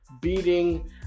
beating